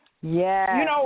Yes